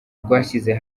rwashyize